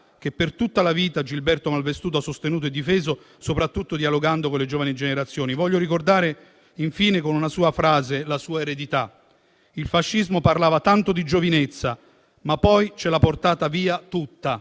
che per tutta la vita Gilberto Malvestuto ha sostenuto e difeso, soprattutto dialogando con le giovani generazioni. Voglio ricordare, infine, con una sua frase, la sua eredità: « Il fascismo parlava tanto di giovinezza, ma poi ce l'ha portata via tutta.